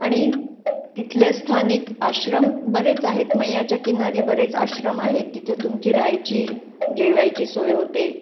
आणि तिथले स्थानिक आश्रम बरेच आहेत मैयाच्या किनारी बरेच आश्रम आहेत तिथे तुमची राहायची जेवायची सोय होते